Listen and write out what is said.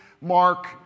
Mark